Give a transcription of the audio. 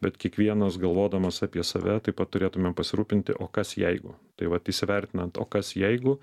bet kiekvienas galvodamas apie save taip pat turėtumėm pasirūpinti o kas jeigu tai vat įsivertinant o kas jeigu